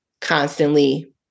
constantly